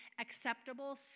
acceptable